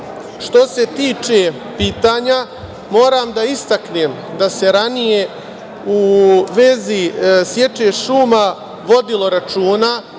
se tiče pitanja moram da istaknem da se ranije u vezi seče šuma vodilo računa